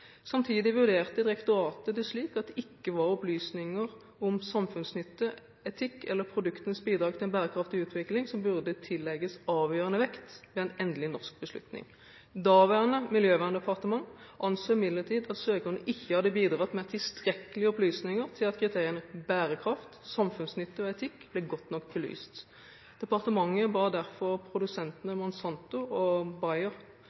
Samtidig vurderte direktoratet det slik at det ikke var opplysninger om samfunnsnytte, etikk eller produktenes bidrag til en bærekraftig utvikling som burde tillegges avgjørende vekt ved en endelig norsk beslutning. Daværende Miljøverndepartementet anså imidlertid at søkerne ikke hadde bidratt med tilstrekkelige opplysninger til at kriteriene bærekraft, samfunnsnytte og etikk ble godt nok belyst. Departementet ba derfor produsentene